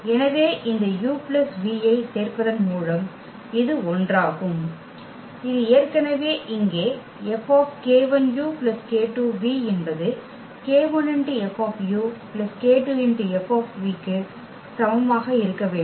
எனவே இந்த u plus v ஐ சேர்ப்பதன் மூலம் இது ஒன்றாகும் இது ஏற்கனவே இங்கே F k1u k2v என்பது k1F k2F க்கு சமமாக இருக்க வேண்டும்